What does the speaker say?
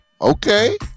Okay